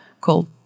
called